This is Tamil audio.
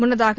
முன்னதாக